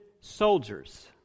soldiers